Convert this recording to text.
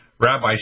Rabbi